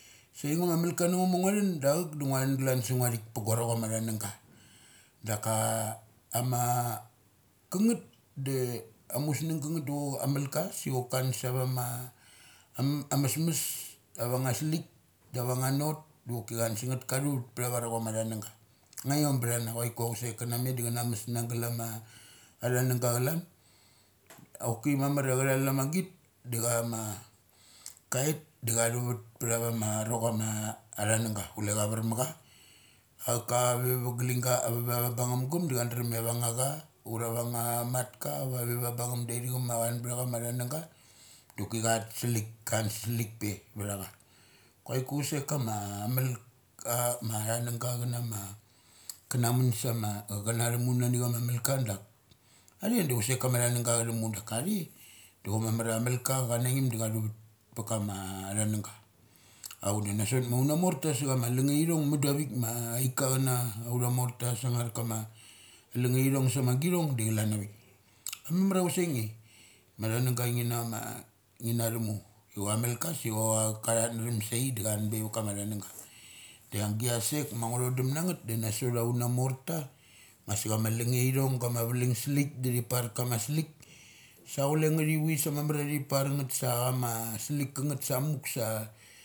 Sa aingo ma mal kanago ma ngua thund auk da ngu thun galan sa gua thik pa guaro chama thunungga. Daka ama kanget da amusng kanget du amal ka duonok kathun sa vama an amesmes avang nga slik, da avanga not, da cha dun sangneth kathu ngeth ptha varochams thanangga. Ngia iom btha na chua ku ia chusek ka ra met da chana mes na gal ama than ang ga calan choki mamar ia cha tal amagit da chama kait da kathu vet ptha varo chama arana nga kule cha var ma cha. A cha ka ave va galingga avava bangngum gam da cha drum ia ava nga cha ura va nga mat ka va vathi va bungngum va chan btha cha ma thanang ga doki chat slik kansalik pe vtha cha kuaiku chu sek kama amal ha a thunang ga chana mun sa chama kana thumu nani chama malka dak athe da chusek ka ma thannagga cha thumu daka the do chok mamaria amal ka chan nangsem da cha thu vet pakama thunagga. Auk da na sot auna morta savat ma alang neithong ma mudo avik ma aika chana autha morta sang an kama lungne ithong sa magit thong da cha lan avik. Abes mamar ia chu sengne ma thunang ga ngi nama ngi na thumu. Amal ka so chok ka thuthnathum sai da chuan be va kama thunangga. Da agia sek ma ngu thodum nan seth da nasot autha morta. Ma sa chama lunge ithong kama valung slik da thi par kama slik. Sa chule ngeth ivi sa mamaris thi par ngeth sa ama slik kangeth sa muk sa.